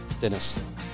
Dennis